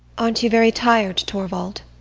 aren't you very tired, torvald?